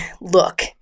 look